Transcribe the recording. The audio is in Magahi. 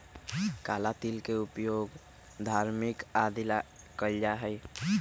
काला तिल के उपयोग धार्मिक आदि ला कइल जाहई